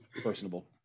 personable